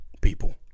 People